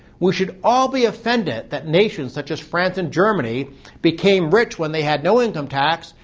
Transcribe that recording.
we should all be offended that nations such as france and germany became rich when they had no income tax,